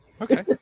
Okay